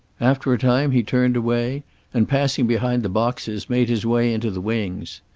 after a time he turned away and, passing behind the boxes, made his way into the wings.